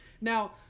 now